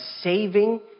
saving